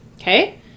Okay